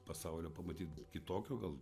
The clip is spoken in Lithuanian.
pasaulio pamatyt kitokio gal